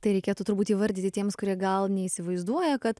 tai reikėtų turbūt įvardyti tiems kurie gal neįsivaizduoja kad